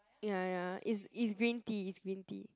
ya ya it's it's green tea it's green tea